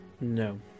No